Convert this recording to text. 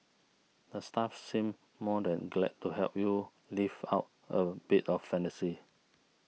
the staff seem more than glad to help you live out a bit of fantasy